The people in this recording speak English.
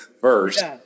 first